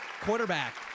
quarterback